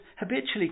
habitually